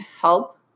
help